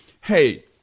hey –